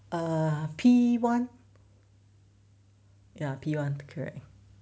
err P one ya P one correct